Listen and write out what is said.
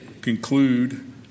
conclude